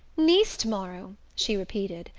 nice to-morrow, she repeated,